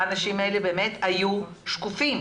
האנשים האלה באמת היו שקופים.